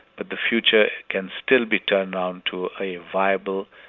but the future can still be turned around to a viable,